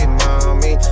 mommy